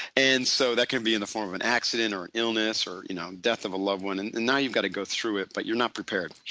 and so that can be in the form of an accident or an illness or you know death of a loved and now you've got to go through it but you're not prepared.